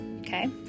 Okay